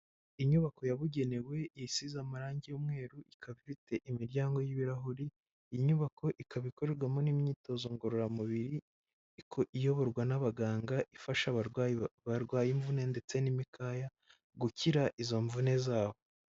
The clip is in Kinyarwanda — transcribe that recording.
Inyubako yabugenewe, isize amarangi y'umweru, ikaba ifite imiryango y'ibirahuri, iyi nyubako ikaba ikorerwamo n'imyitozo ngororamubiri, iyoborwa n'abaganga, ifasha abarwayi barwaye imvune, ndetse n'imikaya, gukira izo mvune zabo.